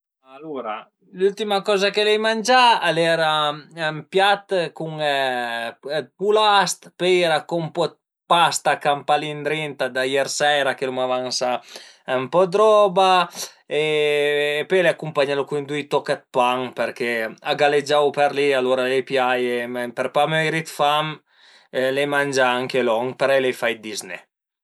Alura l'ültima coza che l'ai mangià al era ën piat cun dë pulast, pöi a i era co ën po dë pasta campà li ëndrinta da ier seira che l'uma avansà ën po dë roba e pöi l'ai acumpagnalu cun düi toch dë pan përché a galegiavu për li e alura l'ai piaie për pa möiri d'fam l'ai mangé anche lon parei l'ai fait dizné